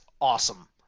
awesome